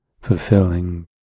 fulfilling